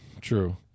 true